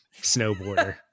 snowboarder